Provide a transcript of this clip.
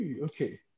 Okay